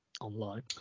online